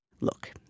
Look